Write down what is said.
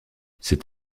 c’est